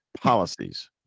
policies